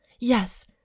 Yes